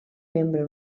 membre